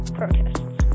protests